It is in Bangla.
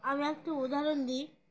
আমি একটু উদাহরণ দিই